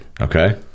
Okay